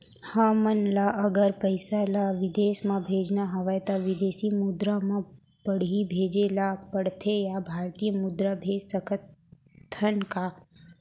हमन ला अगर पइसा ला विदेश म भेजना हवय त विदेशी मुद्रा म पड़ही भेजे ला पड़थे या भारतीय मुद्रा भेज सकथन का?